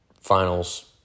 finals